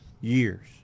years